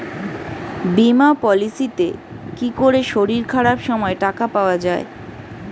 বীমা পলিসিতে কি করে শরীর খারাপ সময় টাকা পাওয়া যায়?